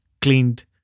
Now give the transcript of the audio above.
cleaned